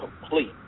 complete